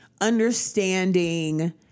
understanding